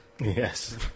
Yes